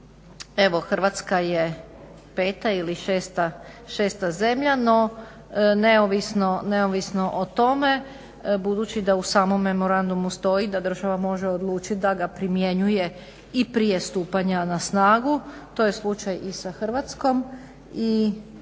Evo Hrvatska je peta ili šesta zemlja, no neovisno o tome budući da u samom memorandumu stoji da država može odlučit da ga primjenjuje i prije stupanja na snagu, to je slučaj i sa Hrvatskom i kroz